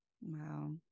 Wow